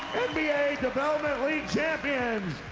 development league champions.